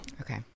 Okay